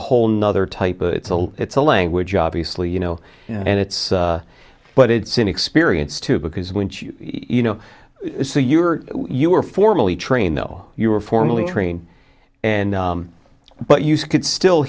whole nother type it's a language obviously you know and it's but it's an experience too because when you know so you are you are formally trained though you were formally trained and but you could still